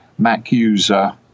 MacUser